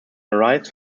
arise